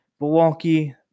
Milwaukee